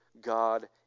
God